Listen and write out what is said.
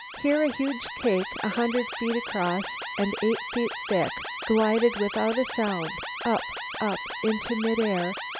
here a huge cake a hundred feet across and eight feet thick glided without a sound, up up, into mid-air,